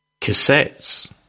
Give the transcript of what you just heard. cassettes